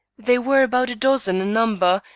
they were about a dozen in number,